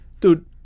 dude